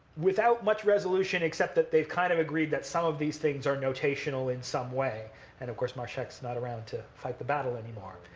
without much resolution except that they've kind of agreed that some of these things are notational, in some way. and of course marshack's not around to fight the battle anymore.